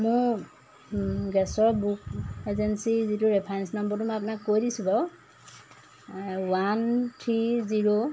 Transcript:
মোৰ গেছৰ book agency যিটো ৰেফাৰেন্স নম্বৰটো মই আপোনাক কৈ দিছোঁ বাৰু ওৱান থ্ৰী জিৰ'